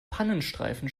pannenstreifen